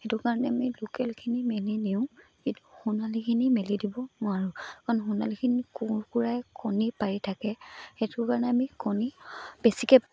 সেইটো কাৰণে আমি লোকেলখিনি মেলি দিওঁ কিন্তু সোণালীখিনি মেলি দিব নোৱাৰোঁ কাৰণ সোণালীখিনি কুকুৰাই কণী পাৰি থাকে সেইটো কাৰণে আমি কণী বেছিকৈ